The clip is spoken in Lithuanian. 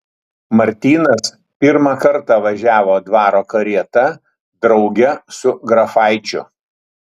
martynas pirmą kartą važiavo dvaro karieta drauge su grafaičiu